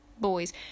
boys